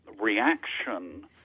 reaction